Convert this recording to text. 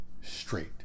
straight